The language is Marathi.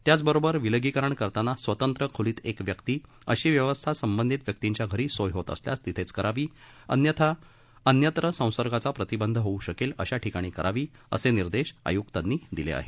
त्याचबरोबर विलगीकरण करताना स्वतंत्र खोलीत एक व्यक्ती अशी व्यवस्था संबंधित व्यक्तींच्या घरी सोय होत असल्यास तिथेच करावी अन्यथा अन्यत्र संसर्गाचा प्रतिबंध होऊ शकेल अशा ठिकाणी करावी असे निर्देश आयुक्तांनी दिले आहेत